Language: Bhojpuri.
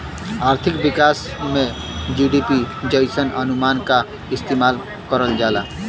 आर्थिक विकास में जी.डी.पी जइसन अनुमान क इस्तेमाल करल जाला